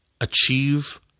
achieve